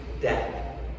death